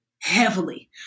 heavily